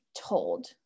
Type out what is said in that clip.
told